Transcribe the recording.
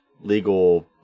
legal